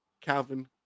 Calvin